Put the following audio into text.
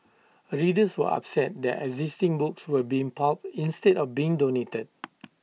readers were upset that existing books were being pulped instead of being donated